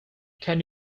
can